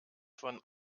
von